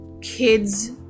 kids